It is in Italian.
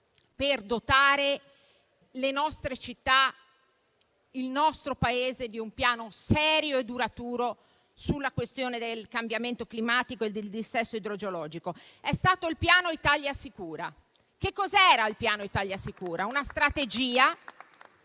per dotare le nostre città e il nostro territorio di un piano serio e duraturo sulla questione del cambiamento climatico e del dissesto idrogeologico. Sto parlando del piano Italia sicura. Che cos'era il piano Italia sicura? Una strategia